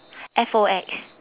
F O X